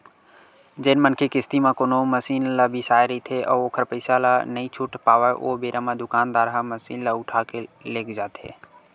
जेन मनखे किस्ती म कोनो मसीन ल बिसाय रहिथे अउ ओखर पइसा ल नइ छूट पावय ओ बेरा म दुकानदार ह मसीन ल उठाके लेग जाथे